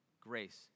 Grace